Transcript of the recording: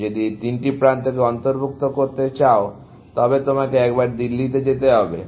তুমি যদি এই তিনটি প্রান্তকে অন্তর্ভুক্ত করতে চাও তবে তোমাকে একবার দিল্লিতে যেতে হবে